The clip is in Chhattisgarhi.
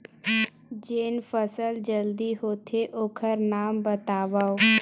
जेन फसल जल्दी होथे ओखर नाम बतावव?